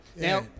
Now